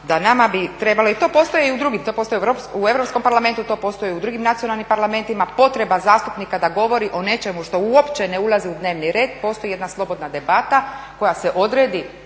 da nama bi trebala, i to postoji u drugim, to postoji u Europskom parlamentu, to postoji u drugim nacionalnim parlamentima, potreba zastupnika da govori o nečemu što uopće ne ulazi u dnevni red, postoji jedna slobodna debata koja se odredi